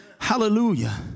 Hallelujah